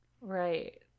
Right